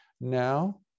Now